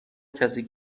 کسی